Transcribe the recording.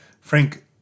Frank